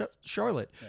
Charlotte